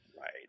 Right